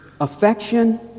affection